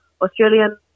Australian